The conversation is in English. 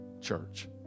church